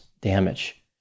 damage